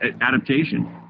adaptation